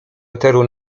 eteru